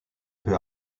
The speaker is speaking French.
peu